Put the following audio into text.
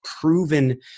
proven